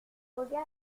retard